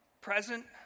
Present